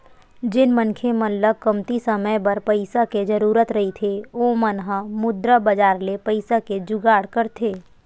जेन मनखे मन ल कमती समे बर पइसा के जरुरत रहिथे ओ मन ह मुद्रा बजार ले पइसा के जुगाड़ करथे